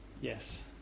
Yes